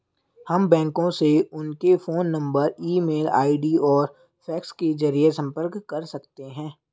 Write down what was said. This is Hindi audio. हम बैंकों से उनके phone number email ID और फैक्स के जरिए संपर्क कर सकते हैं